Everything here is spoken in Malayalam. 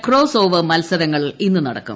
ക്രോസ് ഓവർ മത്സരങ്ങൾ ഇന്ന് നടക്കും